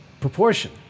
proportion